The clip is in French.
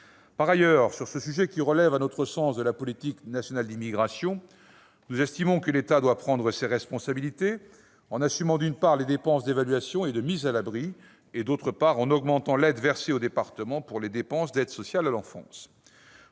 Par ailleurs, sur ce sujet qui relève, à notre sens, de la politique nationale d'immigration, nous estimons que l'État doit prendre ses responsabilités, d'une part, en assumant les dépenses d'évaluation et de mise à l'abri, et, d'autre part, en augmentant l'aide versée aux départements pour les dépenses d'aide sociale à l'enfance.